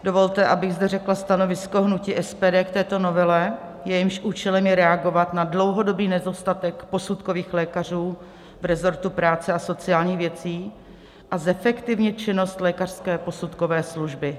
Dovolte, abych zde řekla stanovisko hnutí SPD k této novele, jejímž účelem je reagovat na dlouhodobý nedostatek posudkových lékařů v resortu práce a sociálních věcí a zefektivnit činnost lékařské posudkové služby.